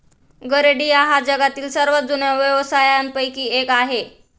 गरेडिया हा जगातील सर्वात जुन्या व्यवसायांपैकी एक आहे